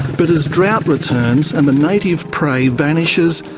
but as drought returns and the native prey vanishes,